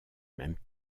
même